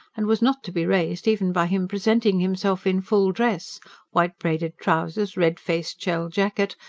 and was not to be raised even by him presenting himself in full dress white-braided trousers, red faced shell jacket,